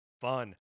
fun